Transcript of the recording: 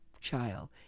child